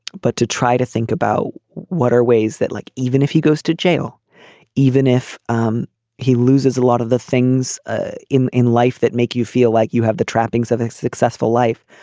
but to try to think about what are ways that like even if he goes to jail even if um he loses a lot of the things ah in in life that make you feel like you have the trappings of a successful life.